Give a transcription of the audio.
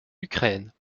ukraine